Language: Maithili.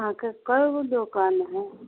अहाँके कै गो दोकान हए